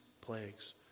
plagues